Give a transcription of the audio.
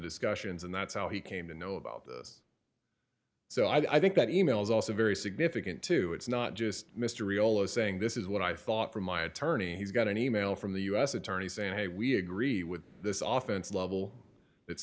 discussions and that's how he came to know about this so i think that e mail is also very significant to it's not just mystery although saying this is what i thought from my attorney he's got an e mail from the u s attorney saying hey we agree with this often level it's